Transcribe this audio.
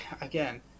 again